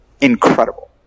incredible